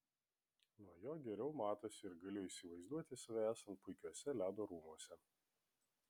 nuo jo geriau matosi ir galiu įsivaizduoti save esant puikiuose ledo rūmuose